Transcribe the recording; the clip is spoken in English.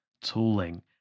tooling